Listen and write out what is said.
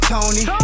Tony